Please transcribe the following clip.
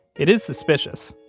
it is suspicious,